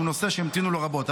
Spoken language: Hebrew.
שהוא נושא שהמתינו לו רבות.